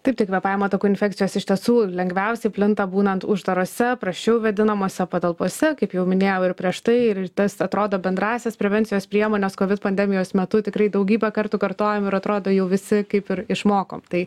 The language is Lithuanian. taip tai kvėpavimo takų infekcijos iš tiesų lengviausiai plinta būnant uždarose prasčiau vėdinamose patalpose kaip jau minėjau ir prieš tai ir tas atrodo bendrąsias prevencijos priemones kovid pandemijos metu tikrai daugybę kartų kartojom ir atrodo jau visi kaip ir išmokom tai